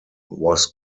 was